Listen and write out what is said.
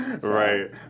Right